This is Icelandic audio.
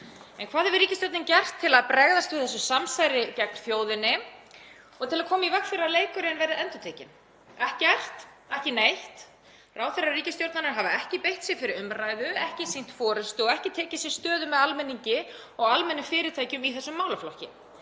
En hvað hefur ríkisstjórnin gert til að bregðast við þessu samsæri gegn þjóðinni og til að koma í veg fyrir að leikurinn verði endurtekin? Ekkert, ekki neitt. Ráðherrar ríkisstjórnarinnar hafa ekki beitt sér fyrir umræðu, ekki sýnt forystu og ekki tekið sér stöðu með almenningi og almennum fyrirtækjum í þessum málaflokki